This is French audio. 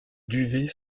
duvet